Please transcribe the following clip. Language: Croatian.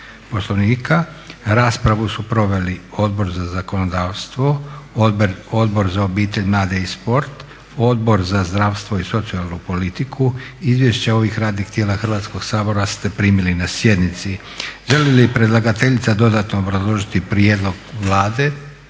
Poslovnika. Raspravu su proveli Odbor za zakonodavstvo, Odbor za obitelj, mlade i sport, Odbor za zdravstvo i socijalnu politiku. Izvješća ovih radnih tijela Hrvatskoga sabora ste primili na sjednici. Želi li predlagateljica dodatno obrazložiti prijedlog Vlade?